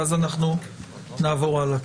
ואז נעבור הלאה.